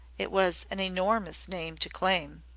it was an enormous name to claim.